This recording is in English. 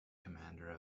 commander